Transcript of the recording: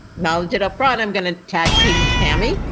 knowledge it up front, i'm going to tag team with tammy